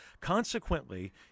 Consequently